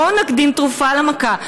בואו נקדים תרופה למכה.